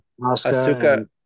Asuka